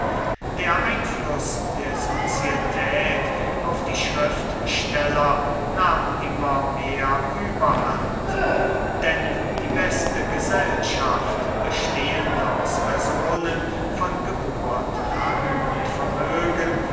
der einfluß der sozietät auf die schriftsteller nahm immer mehr überhand denn die beste gesellschaft bestehend aus personen von geburt rang und vermögen